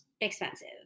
expensive